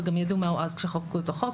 וגם ידעו מה הוא אז כשחוקקו את החוק,